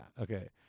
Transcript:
Okay